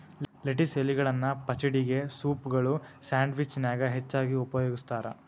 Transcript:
lettuce ಎಲಿಗಳನ್ನ ಪಚಡಿಗೆ, ಸೂಪ್ಗಳು, ಸ್ಯಾಂಡ್ವಿಚ್ ನ್ಯಾಗ ಹೆಚ್ಚಾಗಿ ಉಪಯೋಗಸ್ತಾರ